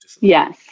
Yes